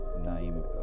name